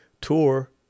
tour